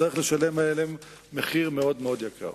יצטרך לשלם עליהם מחיר מאוד מאוד יקר.